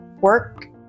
work